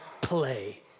play